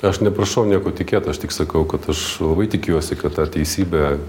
aš neprašau nieko tikėt aš tik sakau kad aš labai tikiuosi kad ta teisybė